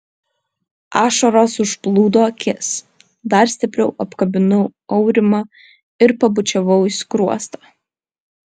ašaros užplūdo akis dar stipriau apkabinau aurimą ir pabučiavau į skruostą